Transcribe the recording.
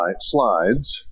slides